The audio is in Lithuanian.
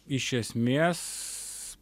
iš esmės